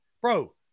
bro